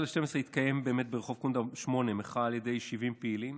ב-17 בדצמבר התקיימה באמת ברחוב קונדר 8 מחאה על ידי 70 פעילים